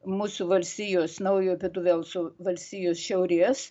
mūsų valstijos naujojo pietų velso valstijos šiauries